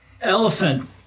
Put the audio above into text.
elephant